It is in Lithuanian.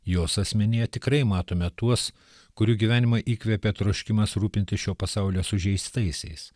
jos asmenyje tikrai matome tuos kurių gyvenimą įkvepia troškimas rūpintis šio pasaulio sužeistaisiais